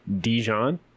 Dijon